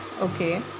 Okay